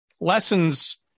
lessons